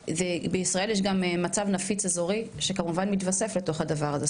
בישראל יש גם מצב נפיץ אזורי שכמובן מתווסף לתוך הדבר הזה,